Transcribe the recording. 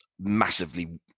massively